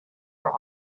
are